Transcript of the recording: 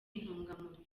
intungamubiri